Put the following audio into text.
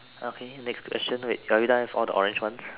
okay next question wait are we done with all the orange ones